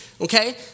Okay